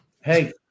hey